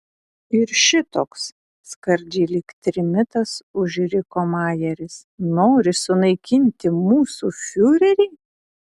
ir šitoks skardžiai lyg trimitas užriko majeris nori sunaikinti mūsų fiurerį